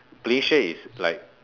play share is like